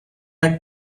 had